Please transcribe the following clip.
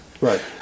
right